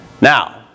Now